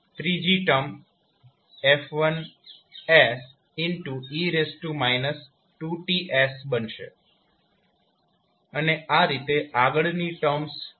ત્રીજી term F1e 2Ts બનશે અને આ રીતે આગળની ટર્મ્સ બનશે